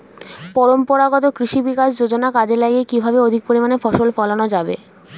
পরম্পরাগত কৃষি বিকাশ যোজনা কাজে লাগিয়ে কিভাবে অধিক পরিমাণে ফসল ফলানো যাবে?